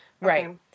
Right